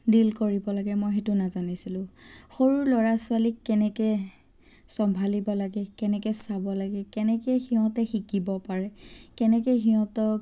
deal কৰিব লাগে মই সেইটো নাজানিছিলোঁ সৰু ল'ৰা ছোৱালীক কেনেকৈ চম্ভালিব লাগে কেনেকৈ চাব লাগে কেনেকৈ সিহঁতে শিকিব পাৰে কেনেকৈ সিহঁতক